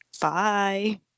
bye